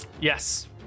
Yes